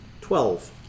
twelve